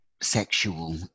sexual